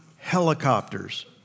helicopters